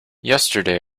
yesterday